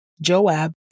Joab